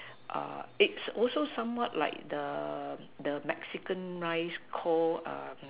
uh it's also somewhat like the the Mexican rice Call um